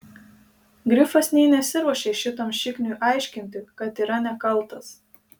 grifas nė nesiruošė šitam šikniui aiškinti kad yra nekaltas